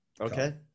Okay